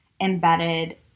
embedded